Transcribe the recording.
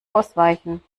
ausweichen